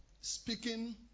speaking